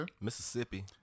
Mississippi